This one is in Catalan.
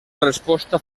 resposta